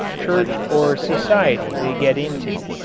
church or society they get into.